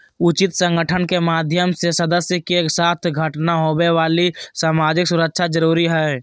उचित संगठन के माध्यम से सदस्य के साथ घटना होवे वाली सामाजिक सुरक्षा जरुरी हइ